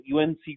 unc